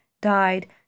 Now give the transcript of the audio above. died